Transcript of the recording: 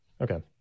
Okay